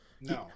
No